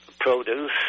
produce